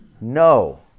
No